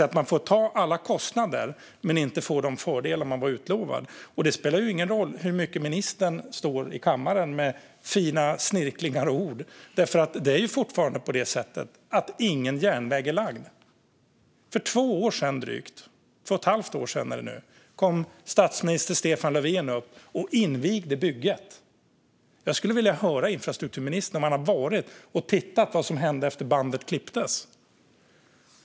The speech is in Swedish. Man får alltså ta alla kostnader utan att få de fördelar man var utlovad. Det spelar ingen roll hur mycket ministern står i kammaren med fina snirklingar och ord, för det är fortfarande på det sättet att ingen järnväg är lagd. För två och ett halvt år sedan kom statsminister Stefan Löfven upp och invigde bygget. Jag skulle vilja höra med infrastrukturministern om han har varit där och tittat efter vad som hände efter att bandet klipptes.